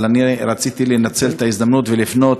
אבל אני רציתי לנצל את ההזדמנות ולפנות